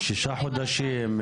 שישה חודשים?